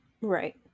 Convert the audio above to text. right